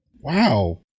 Wow